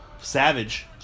Savage